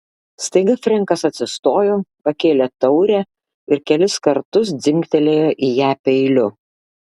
staiga frenkas atsistojo pakėlė taurę ir kelis kartus dzingtelėjo į ją peiliu